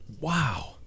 Wow